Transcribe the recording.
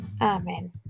Amen